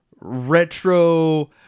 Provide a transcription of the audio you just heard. retro